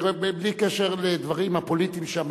בלי קשר לדברים הפוליטיים שאמרת,